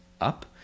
up